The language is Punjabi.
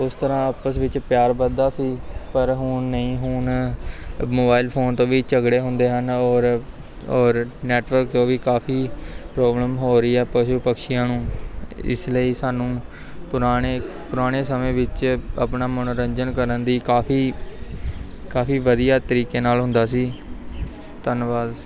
ਉਸ ਤਰ੍ਹਾਂ ਆਪਸ ਵਿੱਚ ਪਿਆਰ ਵੱਧਦਾ ਸੀ ਪਰ ਹੁਣ ਨਹੀਂ ਹੁਣ ਮੋਬਾਇਲ ਫੋਨ ਤੋਂ ਵੀ ਝਗੜੇ ਹੁੰਦੇ ਹਨ ਔਰ ਔਰ ਨੈੱਟਵਰਕ ਚੋਂ ਵੀ ਕਾਫੀ ਪ੍ਰੋਬਲਮ ਹੋ ਰਹੀ ਹੈ ਪਸ਼ੂ ਪਕਛੀਆਂ ਨੂੰ ਇਸ ਲਈ ਸਾਨੂੰ ਪੁਰਾਣੇ ਪੁਰਾਣੇ ਸਮੇਂ ਵਿੱਚ ਆਪਣਾ ਮਨੋਰੰਜਨ ਕਰਨ ਦੀ ਕਾਫੀ ਕਾਫੀ ਵਧੀਆ ਤਰੀਕੇ ਨਾਲ ਹੁੰਦਾ ਸੀ ਧੰਨਵਾਦ